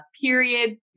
period